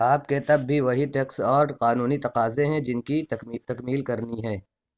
آپ کے تب بھی وہی ٹیکس اور قانونی تقاضے ہیں جن کی تکمیل کرنی ہے